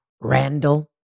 Randall